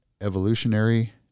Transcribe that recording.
evolutionary